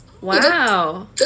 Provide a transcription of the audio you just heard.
wow